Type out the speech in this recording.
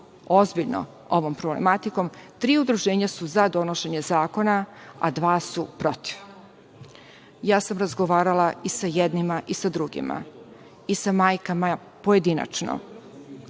ozbiljno ovom problematikom, tri udruženja su za donošenje zakona, a dva su protiv. Ja sam razgovarala i sa jednima i sa drugima, i sa majkama pojedinačno,